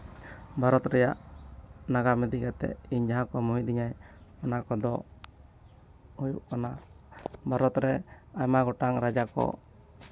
ᱵᱷᱟᱨᱚᱛ ᱨᱮᱭᱟᱜ ᱱᱟᱜᱟᱢ ᱤᱫᱤ ᱠᱟᱛᱮᱫ ᱤᱧ ᱡᱟᱦᱟᱸ ᱠᱚ ᱢᱳᱦᱤᱛ ᱤᱧᱟᱭ ᱚᱱᱟ ᱠᱚᱫᱚ ᱦᱩᱭᱩᱜ ᱠᱟᱱᱟ ᱵᱷᱟᱨᱚᱛ ᱨᱮ ᱟᱭᱢᱟ ᱜᱚᱴᱟᱝ ᱨᱟᱡᱟ ᱠᱚ